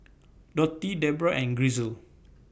Dotty Debra and Grisel